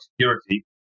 security